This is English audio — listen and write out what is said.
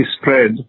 spread